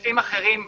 משתתפים אחרים בדיון.